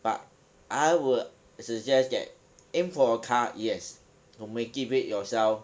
but I would suggest that aim for a car yes to motivate yourself